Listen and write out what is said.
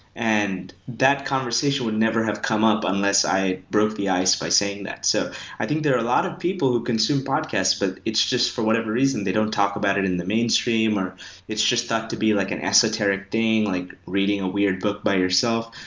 and that conversation would never have come up unless i broke the ice by saying that. so i think there are a lot of people who consume podcast, but it's just for whatever reason, they don't talk about it in the mainstream or it's just thought to be like an esoteric thing, like reading a weird book by yourself.